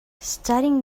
studying